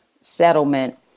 settlement